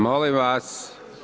Molim vas.